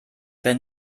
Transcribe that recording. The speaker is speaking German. wenn